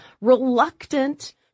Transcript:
reluctant